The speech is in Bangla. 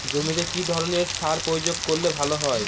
জমিতে কি ধরনের সার প্রয়োগ করলে ভালো হয়?